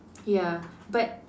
ya but